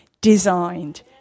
designed